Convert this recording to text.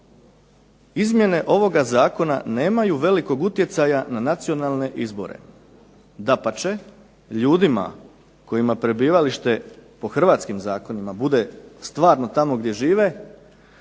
izmjene ovog zakona nemaju velikog utjecaja na nacionalne izbore. Dapače, ljudima kojima prebivalište po hrvatskim zakonima bude stvarno tamo gdje žive